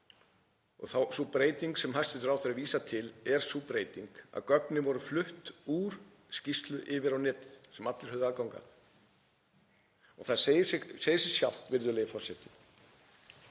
Sú breyting sem hæstv. ráðherra vísar til er sú breyting að gögnin voru flutt úr skýrslu yfir á netið sem allir höfðu aðgang að. Það segir sig sjálft, virðulegi forseti,